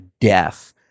death